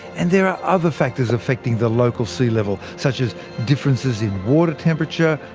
and there are other factors affecting the local sea level such as differences in water temperature,